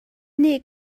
nih